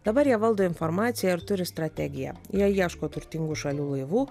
dabar jie valdo informaciją ir turi strategiją jie ieško turtingų šalių laivų